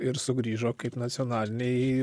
ir sugrįžo kaip nacionaliniai